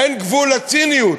אין גבול לציניות.